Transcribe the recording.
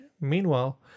Meanwhile